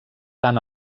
tant